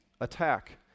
attack